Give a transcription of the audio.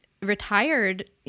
retired